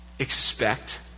Expect